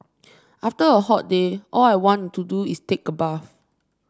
after a hot day all I want to do is take a bath